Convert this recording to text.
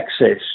access